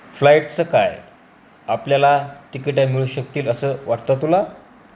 फ्लाईटचं काय आपल्याला तिकिटे मिळू शकतील असं वाटतं तुला